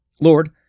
Lord